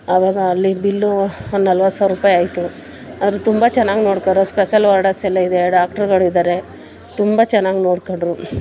ಅವಾಗ ಅಲ್ಲಿ ಬಿಲ್ಲು ಒಂದು ನಲ್ವತ್ತು ಸಾವ್ರ ರೂಪಾಯಿ ಆಯಿತು ಅಲ್ಲಿ ತುಂಬ ಚೆನ್ನಾಗಿ ನೋಡ್ತರೆ ಸ್ಪೆಸಲ್ ವಾರ್ಡಸ್ ಎಲ್ಲ ಇದೆ ಡಾಕ್ಟ್ರುಗಳಿದ್ದಾರೆ ತುಂಬ ಚೆನ್ನಾಗಿ ನೋಡಿಕೊಂಡ್ರು